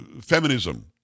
feminism